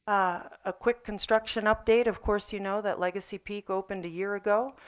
a quick construction update of course you know that legacy peak opened a year ago.